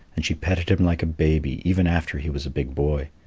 and she petted him like a baby, even after he was a big boy.